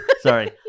sorry